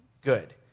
good